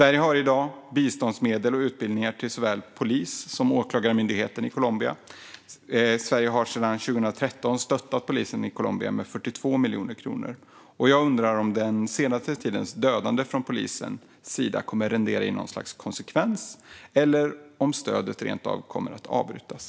Sverige ger i dag biståndsmedel och utbildningar till såväl polisen som åklagarmyndigheten i Colombia. Sverige har sedan 2013 stöttat polisen i Colombia med 42 miljoner kronor. Jag undrar om den senaste tidens dödande från polisens sida kommer att rendera i något slags konsekvens eller om stödet rent av kommer att avbrytas.